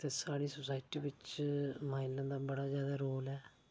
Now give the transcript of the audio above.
ते साढ़ी सोसाइटी बिच्च माइनर दा बड़ा ज्यादा रोल ऐ